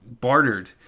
bartered